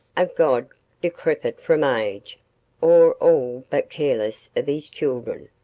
a god decrepit from age or all but careless of his children.